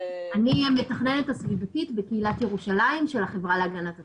אני המתכננת הסביבתית בקהילת ירושלים של החברה להגנת הטבע.